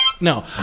No